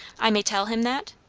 i may tell him that?